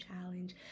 Challenge